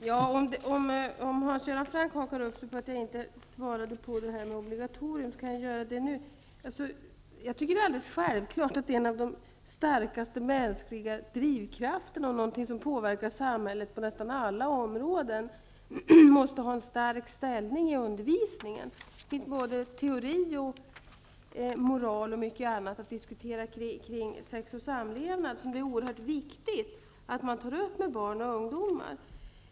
Fru talman! Hans Göran Franck tycks haka upp sig på att jag inte har svarat på hans fråga om ett obligatorium. Därför skall jag göra det nu. Jag tycker att det är alldeles självklart att en av de starkaste mänskliga drivkrafterna och det som påverkar samhället på nästan alla områden måste ha en stark ställning i undervisningen. Det finns ju teori, moral och mycket annat att diskutera när det gäller sex och samlevnad, och dessa frågor är det oerhört viktigt att man tar upp med barn och ungdomar.